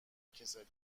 کسل